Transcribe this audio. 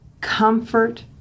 comfort